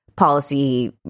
Policy